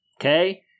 Okay